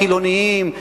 חילונים,